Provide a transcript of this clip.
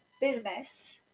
business